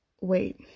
Wait